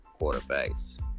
quarterbacks